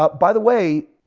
but by the way,